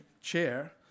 Chair